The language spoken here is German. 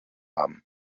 haben